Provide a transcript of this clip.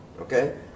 okay